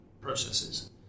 processes